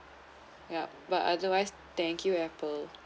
yup but otherwise thank you apple